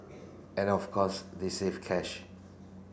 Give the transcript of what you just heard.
and of course they save cash